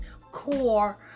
core